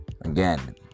Again